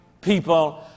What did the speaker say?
people